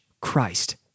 Christ